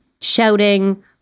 shouting